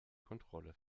kontrolle